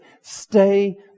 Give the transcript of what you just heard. stay